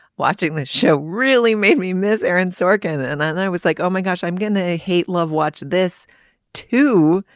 watching this show really made me miss aaron sorkin and i was like oh my gosh i'm going to hate love watch this too.